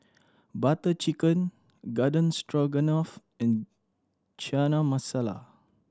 Butter Chicken Garden Stroganoff and Chana Masala